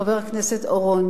חבר הכנסת אורון,